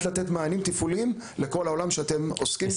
לתת מענים תפעוליים לכל העולם שאתם עוסקים בו.